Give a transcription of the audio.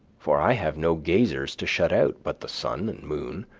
for i have no gazers to shut out but the sun and moon,